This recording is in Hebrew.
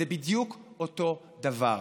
זה בדיוק אותו דבר.